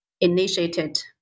initiated